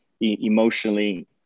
emotionally